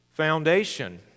foundation